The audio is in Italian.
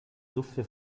zuffe